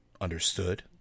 Understood